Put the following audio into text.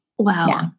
Wow